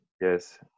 Yes